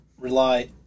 rely